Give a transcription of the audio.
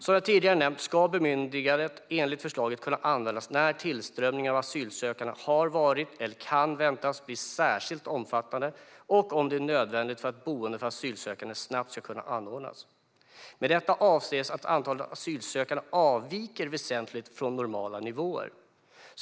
Som jag tidigare nämnt ska bemyndigandet enligt förslaget kunna användas när tillströmningen av asylsökande har varit eller kan väntas bli särskilt omfattande och om det är nödvändigt för att boenden för asylsökande snabbt ska kunna anordnas. Med detta avses att antalet asylsökande avviker väsentligt från normala nivåer.